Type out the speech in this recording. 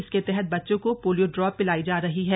इसके तहत बच्चों को पोलियो ड्रॉप पिलाई जा रही है